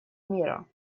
мира